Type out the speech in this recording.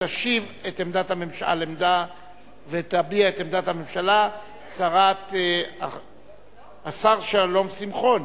התשע"א 2011. ישיב ויביע את עמדת הממשלה השר שלום שמחון,